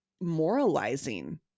moralizing